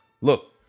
Look